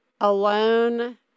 alone